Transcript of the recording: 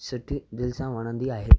सुठी दिलि सां वणंदी आहे